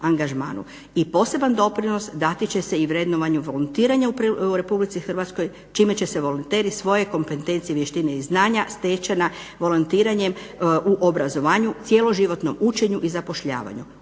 i poseban doprinos dati će se i vrednovanju volontiranja u RH čime će se volonteri svoje kompetencije, vještine i znanja stečena volontiranjem u obrazovanju, cijelom životnom učenju i zapošljavanju.